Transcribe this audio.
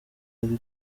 ariko